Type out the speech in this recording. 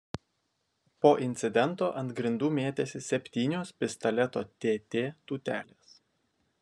po incidento ant grindų mėtėsi septynios pistoleto tt tūtelės